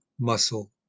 muscle